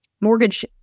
mortgage